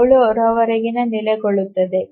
7 ರವರೆಗೆ ನೆಲೆಗೊಳ್ಳುತ್ತದೆ